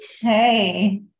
Hey